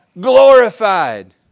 Glorified